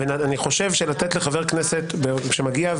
ואני חושב שלתת לחבר כנסת שמגיע,